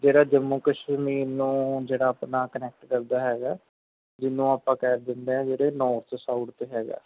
ਜਿਹੜਾ ਜੰਮੂ ਕਸ਼ਮੀਰ ਨੂੰ ਜਿਹੜਾ ਆਪਣਾ ਕੰਨੈਕਟ ਕਰਦਾ ਹੈਗਾ ਜਿਹਨੂੰ ਆਪਾਂ ਕਹਿ ਦਿੰਦੇ ਆਹਾਂ ਜਿਹੜੇ ਨੋਰਥ ਸਾਈਡ 'ਤੇ ਹੈਗਾ